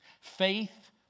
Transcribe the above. Faith